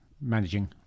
managing